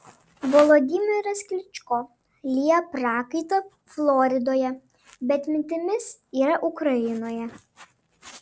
volodymyras klyčko lieja prakaitą floridoje bet mintimis yra ukrainoje